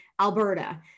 Alberta